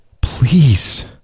Please